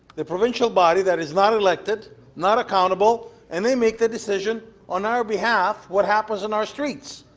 the provincial body that is not elected, not accountable and they make the decision on our behalf what happens in our streets.